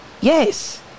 Yes